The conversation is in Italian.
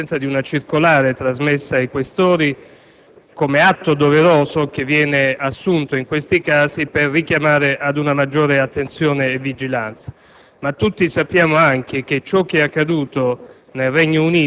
noi, infatti, abbiamo appreso dell'esistenza di una circolare trasmessa ai senatori Questori, come atto doveroso che viene assunto in questi casi per richiamare ad una maggiore attenzione e vigilanza;